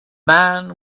man